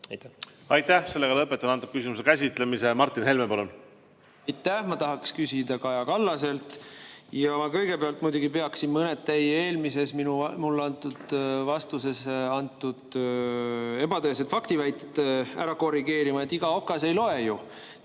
Aitäh! Lõpetan selle küsimuse käsitlemise. Martin Helme, palun! Aitäh! Ma tahaks küsida Kaja Kallaselt. Kõigepealt muidugi peaksin mõned teie eelmises mulle antud vastuses kõlanud ebatõesed faktiväited ära korrigeerima. Iga okas ei loe ju!